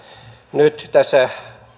nyt tässä